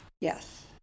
yes